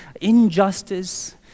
injustice